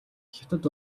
хятад